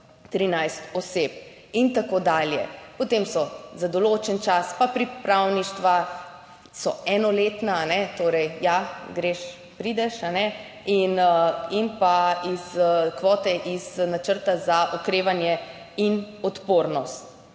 13 oseb in tako dalje. Potem so za določen čas pa pripravništva, so enoletna, torej, ja, greš, prideš in pa iz kvote, iz Načrta za okrevanje in odpornost.